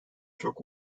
çok